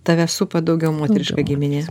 tave supa daugiau moteriška giminė